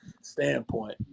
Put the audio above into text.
standpoint